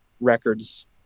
records